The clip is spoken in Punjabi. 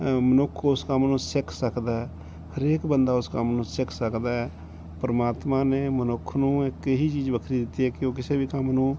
ਮਨੁੱਖ ਉਸ ਕੰਮ ਨੂੰ ਸਿੱਖ ਸਕਦਾ ਹਰੇਕ ਬੰਦਾ ਉਸ ਕੰਮ ਨੂੰ ਸਿੱਖ ਸਕਦਾ ਹੈ ਪਰਮਾਤਮਾ ਨੇ ਮਨੁੱਖ ਨੂੰ ਇੱਕ ਇਹੀ ਚੀਜ਼ ਵੱਖਰੀ ਦਿੱਤੀ ਹੈ ਕਿ ਉਹ ਕਿਸੇ ਵੀ ਕੰਮ ਨੂੰ